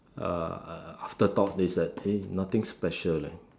uh after thought is that eh nothing special leh